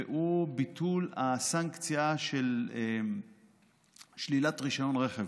והיא ביטול הסנקציה של שלילת רישיון רכב.